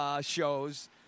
shows